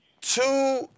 two